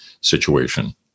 situation